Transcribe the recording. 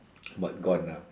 but gone ah